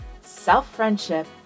self-friendship